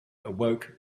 awoke